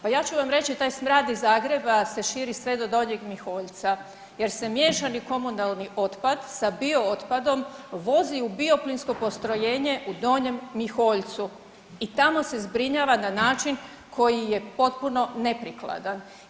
Pa ja ću vam reći taj smrad iz Zagreba se širi sve do Donjeg Miholjca jer se miješani komunalni otpad sa biootpadom vozi u bioplinsko postrojenje u Donjem Miholjcu i tamo se zbrinjava na način koji je potpuno neprikladan.